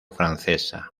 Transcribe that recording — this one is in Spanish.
francesa